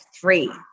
three